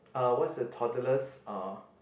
uh what's the toddler's ah